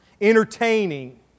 entertaining